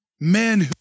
men